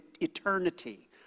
eternity